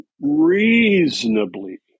reasonably